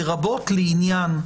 לרבות לעניין.